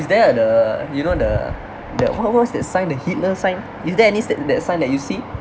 is there a the you know the the what was that sign the hitler sign is there any s~ that that sign that you see